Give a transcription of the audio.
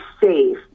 safe